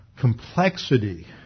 complexity